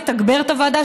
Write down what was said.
לתגבר את הוועדה,